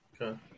Okay